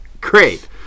Great